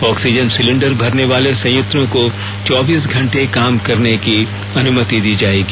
oxygen cylinder भरने वाले संयंत्रों को चौबीसों घंटे काम करने की अनुमति दी जाएगी